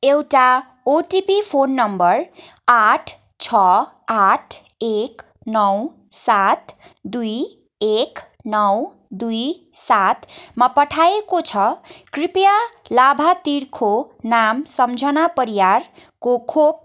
एउटा OTP phone number आठ छ आठ एक नौ सात दुई एक नौ दुई सातमा पठाइएको छ कृपया लाभार्थीको नाम सम्झना परियारको खोप